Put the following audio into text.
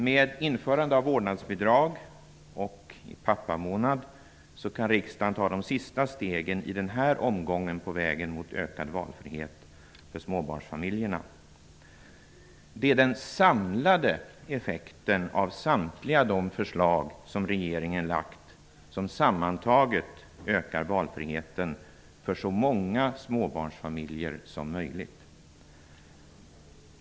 Med införande av vårdnadsbidrag och pappamånad kan riksdagen ta de sista stegen i denna omgång på vägen mot ökad valfrihet för småbarnsfamiljerna. Det är den samlade effekten av samtliga förslag som regeringen har lagt fram som skall öka valfriheten för så många småbarnsfamiljer som möjligt.